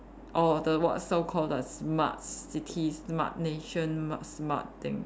or the what so called the smart city smart nation ma~ smart thing